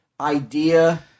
idea